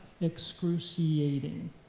Excruciating